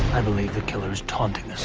i believe the killers taunting.